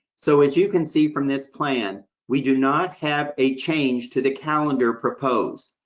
so as you can see from this plan, we do not have a change to the calendar proposed.